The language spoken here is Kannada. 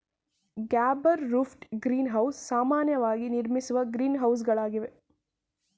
ಗ್ಯಾಬಲ್ ರುಫ್ಡ್ ಗ್ರೀನ್ ಹೌಸ್ ಸಾಮಾನ್ಯವಾಗಿ ನಿರ್ಮಿಸುವ ಗ್ರೀನ್ಹೌಸಗಳಾಗಿವೆ